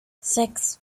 sechs